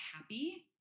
happy